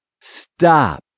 Stop